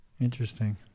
Interesting